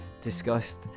discussed